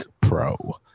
Pro